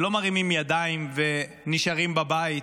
שלא מרימים ידיים ונשארים בבית,